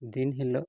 ᱫᱤᱱ ᱦᱤᱞᱳᱜ